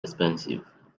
expensive